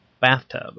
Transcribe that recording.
bathtub